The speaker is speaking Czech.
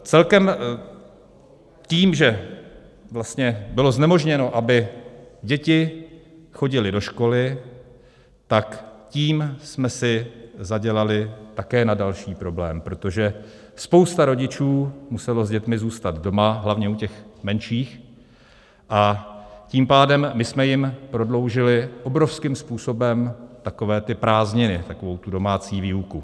Celkem tím, že vlastně bylo znemožněno, aby děti chodily do školy, tím jsme si zadělali také na další problém, protože spousta rodičů musela s dětmi zůstat doma, hlavně u těch menších, a tím pádem my jsme jim prodloužili obrovským způsobem takové ty prázdniny, takovou tu domácí výuku.